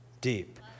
deep